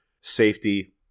Safety